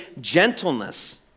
gentleness